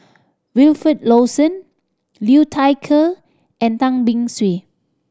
Wilfed Lawson Liu Thai Ker and Tan Beng Swee